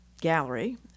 Gallery